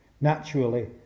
Naturally